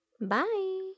Bye